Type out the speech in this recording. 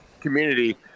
community